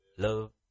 Love